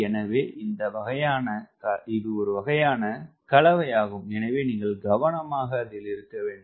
எனவே இந்த வகையான கலவையாகும் எனவே நீங்கள் கவனமாக இருக்க வேண்டும்